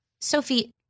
Sophie